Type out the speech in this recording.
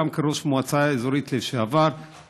גם כראש מועצה אזורית לשעבר,